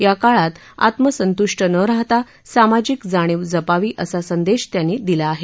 या काळात आत्मसंतूष्ट न राहता सामाजिक जाणीव जपावी असा संदेश त्यांनी दिला आहे